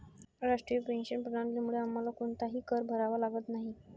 राष्ट्रीय पेन्शन प्रणालीमुळे आम्हाला कोणताही कर भरावा लागत नाही